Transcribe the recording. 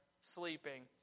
sleeping